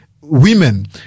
women